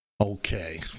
Okay